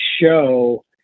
show